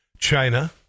China